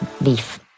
leaf